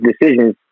decisions